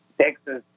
Texas